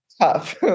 tough